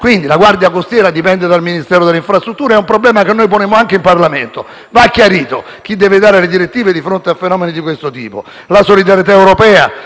Quindi, la Guardia costiera che dipende dal Ministero delle infrastrutture è un problema che ponemmo anche in Parlamento: va chiarito chi deve dare le direttive di fronte a fenomeni di questo tipo. La Solidarietà europea,